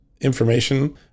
information